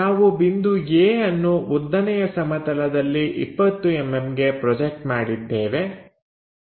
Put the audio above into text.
ನಾವು ಬಿಂದು A ಅನ್ನು ಉದ್ದನೆಯ ಸಮತಲದಲ್ಲಿ 20mm ಗೆ ಪ್ರೊಜೆಕ್ಟ್ ಮಾಡಿದ್ದೇವೆ